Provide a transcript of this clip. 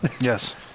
Yes